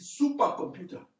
supercomputer